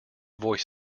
voice